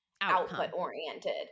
output-oriented